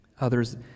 Others